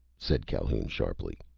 said calhoun sharply.